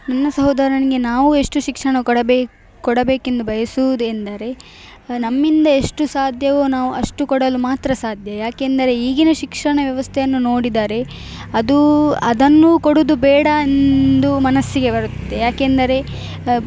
ನನ್ನ ಸಹೋದರನಿಗೆ ನಾವು ಎಷ್ಟು ಶಿಕ್ಷಣ ಕೊಡಬೇ ಕೊಡಬೇಕೆಂದು ಬಯಸುವುದು ಎಂದರೆ ನಮ್ಮಿಂದ ಎಷ್ಟು ಸಾಧ್ಯವೋ ನಾವು ಅಷ್ಟು ಕೊಡಲು ಮಾತ್ರ ಸಾಧ್ಯ ಏಕೆಂದರೆ ಈಗಿನ ಶಿಕ್ಷಣ ವ್ಯವಸ್ಥೆಯನ್ನು ನೋಡಿದರೆ ಅದು ಅದನ್ನು ಕೊಡುವುದು ಬೇಡ ಎಂದು ಮನಸ್ಸಿಗೆ ಬರುತ್ತೆ ಏಕೆಂದರೆ